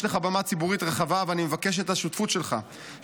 יש לך במה ציבורית רחבה ואני מבקשת את השותפות שלך,